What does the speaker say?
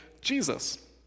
Jesus